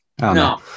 No